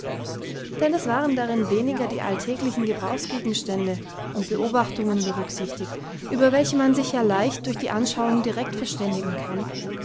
denn es waren darin weniger die alltäglichen gebrauchsgegenstände und beobachtungen berücksichtigt über welche man sich ja leicht durch die anschauung direkt verständigen kann